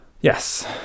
Yes